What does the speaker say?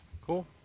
cool